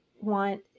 want